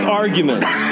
arguments